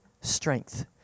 strength